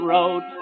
Road